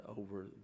over